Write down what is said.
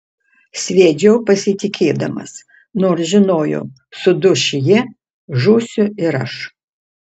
sviedžiau pasitikėdamas nors žinojau suduš ji žūsiu ir aš